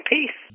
Peace